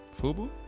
Fubu